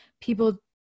people